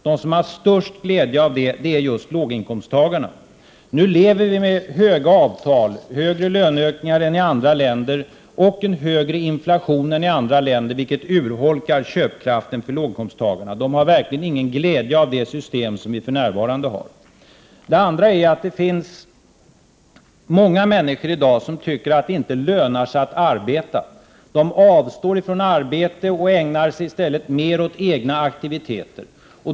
De som har störst glädje av det är just låginkomsttagarna. Nu lever vi med höga avtal som ger större löneökningar och en högre inflation än i andra länder, vilket urholkar köpkraften för låginkomsttagarna. De har verkligen ingen glädje av det system som vi för närvarande har. För det andra finns det i dag många människor som tycker att det inte lönar sig att arbeta. De avstår från arbete och ägnar sig i stället mer åt egna aktiviteter.